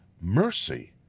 mercy